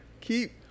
keep